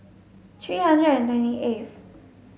three hundred and twenty eighth